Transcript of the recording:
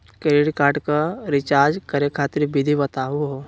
Credit card क recharge करै खातिर विधि बताहु हो?